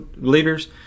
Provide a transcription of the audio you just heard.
leaders